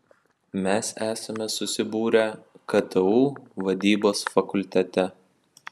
mes esame susibūrę ktu vadybos fakultete